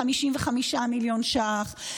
55 מיליון ש"ח,